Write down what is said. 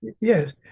Yes